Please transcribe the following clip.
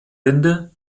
wende